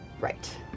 Right